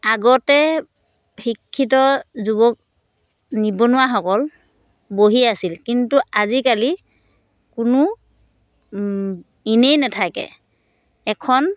আগতে শিক্ষিত যুৱক নিবনুৱাসকল বহি আছিল কিন্তু আজিকালি কোনো ইনেই নাথাকে এইখন